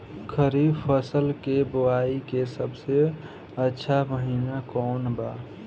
खरीफ फसल के बोआई के सबसे अच्छा महिना कौन बा?